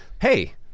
hey